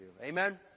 Amen